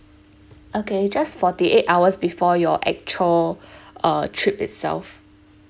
okay just forty eight hours before your actual uh trip itself